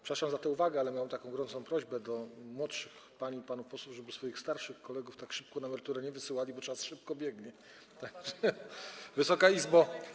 Przepraszam za tę uwagę, ale miałbym taką gorącą prośbę do młodszych pań i panów posłów, żeby swoich starszych kolegów tak szybko na emeryturę nie wysyłali, bo czas szybko biegnie, tak że... Wysoka Izbo!